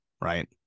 right